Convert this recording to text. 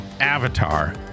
Avatar